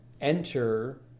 enter